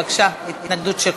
בבקשה, התנגדות שלך.